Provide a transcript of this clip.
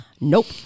Nope